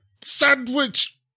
sandwich